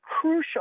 crucial